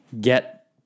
get